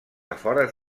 afores